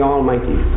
Almighty